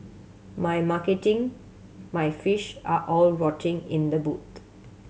my marketing my fish are all rotting in the boot